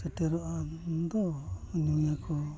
ᱥᱮᱴᱮᱨᱚᱜᱼᱟ ᱩᱱᱫᱚ ᱧᱩᱭᱟᱠᱚ